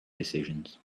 decisions